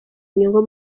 inyungu